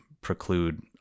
preclude